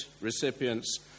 recipients